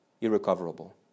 irrecoverable